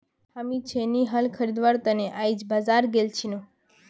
हामी छेनी हल खरीदवार त न आइज बाजार गेल छिनु